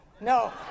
No